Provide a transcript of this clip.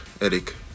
Eric